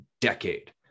decade